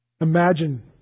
Imagine